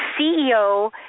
CEO